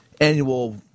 annual